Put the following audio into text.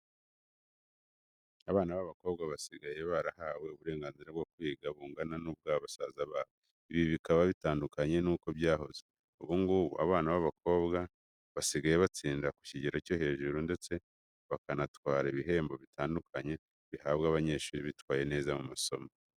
Abana b'abakobwa basigaye barahawe uburenganzira bwo kwiga bungana n'ubwa basaza babo, ibi bikaba bitandukanye nuko byahoze. Ubu ngubu abana b'abakobwa basigaye batsinda ku kigero cyo hejuru, ndetse bakanatwara ibihembo bitandukanye bihabwa abanyeshuri bitwaye neza mu masomo.